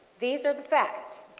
these are facts.